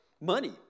Money